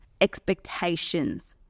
expectations